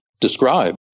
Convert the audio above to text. describe